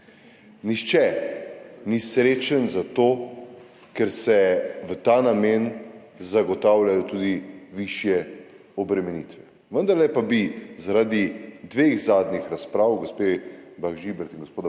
Nihče ni srečen, zato ker se v ta namen zagotavljajo tudi višje obremenitve. Vendarle pa bi zaradi dveh zadnjih razprav gospe Bah Žibert in gospoda